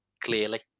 clearly